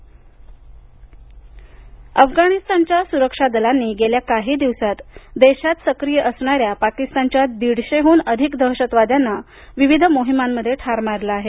पाक कारवाई अफगाणिस्तानच्या सुरक्षा दलांनी गेल्या काही दिवसांत देशात सक्रीय असणाऱ्या पाकिस्तानच्या दीडशेहून अधिक दहशतवाद्यांना विविध मोहिमांमध्ये ठार मारले आहे